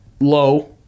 Low